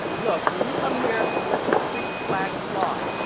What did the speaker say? look, when you come here, let your freak flag fly.